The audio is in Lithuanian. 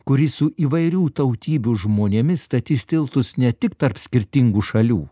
kuri su įvairių tautybių žmonėmis statys tiltus ne tik tarp skirtingų šalių